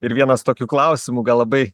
ir vienas tokių klausimų gal labai